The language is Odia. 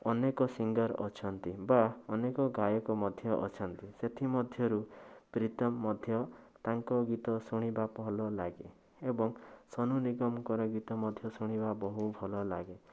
ଅନେକ ସିଙ୍ଗର୍ ଅଛନ୍ତି ବା ଅନେକ ଗାୟକ ମଧ୍ୟ ଅଛନ୍ତି ସେଥିମଧ୍ୟରୁ ପ୍ରୀତମ୍ ମଧ୍ୟ ତାଙ୍କ ଗୀତ ଶୁଣିବା ଭଲ ଲାଗେ ଏବଂ ସୋନୁ ନିଗମ୍ଙ୍କର ଗୀତ ମଧ୍ୟ ଶୁଣିବା ବହୁ ଭଲ ଲାଗେ